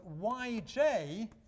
yj